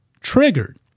triggered